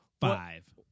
Five